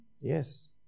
Yes